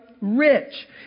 rich